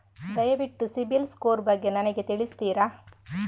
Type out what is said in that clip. ದಯವಿಟ್ಟು CIBIL score ಬಗ್ಗೆ ನನಗೆ ತಿಳಿಸ್ತಿರಾ?